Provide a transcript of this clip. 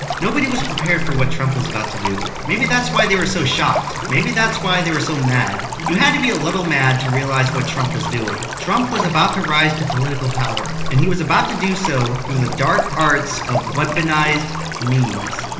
nobody was prepared for what trump was about to do. maybe that's why they were so shocked. maybe that's why they were so mad. you had to be a little mad to realize, what trump was doing. trump was about to rise to political power and he was about to do so through the dark arts of weaponized memes.